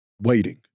waiting